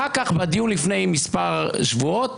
אחר כך בדיון לפני מספר שבועות,